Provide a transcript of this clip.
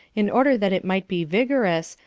in order that it might be vigorous,